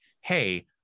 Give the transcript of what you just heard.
hey